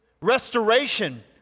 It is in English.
restoration